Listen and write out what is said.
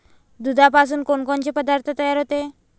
दुधापासून कोनकोनचे पदार्थ तयार होते?